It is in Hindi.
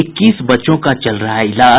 इक्कीस बच्चों का चल रहा है इलाज